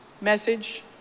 Message